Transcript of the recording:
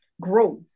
growth